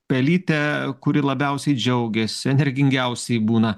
pelytė kuri labiausiai džiaugiasi energingiausiai būna